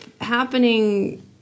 happening